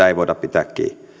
ei voida pitää kiinni